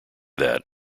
that